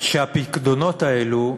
שהפיקדונות האלה,